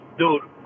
dude